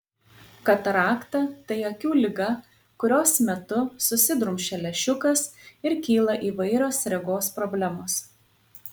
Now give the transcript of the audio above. katarakta tai akių liga kurios metu susidrumsčia lęšiukas ir kyla įvairios regos problemos